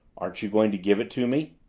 aren't you going to give it to me?